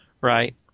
right